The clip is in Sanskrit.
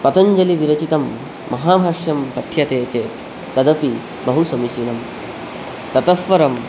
पतञ्जलि्विरचितं महाभाष्यं पठ्यते चेत् तदपि बहु समीचीनं ततःपरं